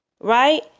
Right